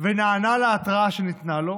ונענה להתראה שניתנה לו.